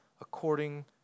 according